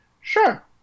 Sure